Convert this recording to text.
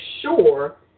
sure